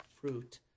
fruit